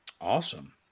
Awesome